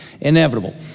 inevitable